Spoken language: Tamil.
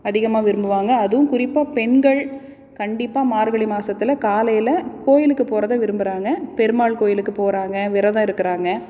அதிகமாக விரும்புவாங்க அதுவும் குறிப்பாக பெண்கள் கண்டிப்பாக மார்கழி மாசத்தில் காலையில் கோயிலுக்கு போகிறத விரும்புகிறாங்க பெருமாள் கோயிலுக்கு போகிறாங்க விரதம் இருக்கிறாங்க